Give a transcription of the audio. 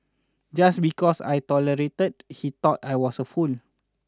just because I tolerated he thought I was a fool